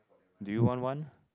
do you want one